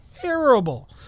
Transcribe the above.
terrible